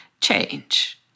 change